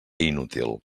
inútil